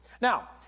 Now